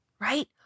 right